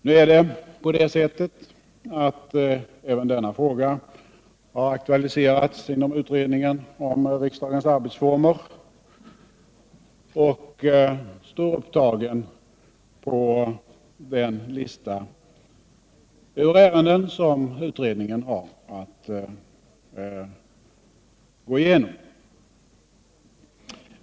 Nu är det på det sättet att även den här frågan har aktualiserats inom utredningen om riksdagens arbetsformer och står upptagen på den lista över ärenden som utredningen har att gå igenom.